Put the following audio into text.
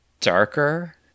darker